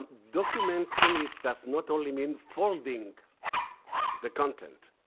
documenting it does not only mean folding the content.